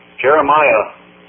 Jeremiah